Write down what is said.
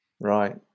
Right